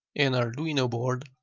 an arduino board,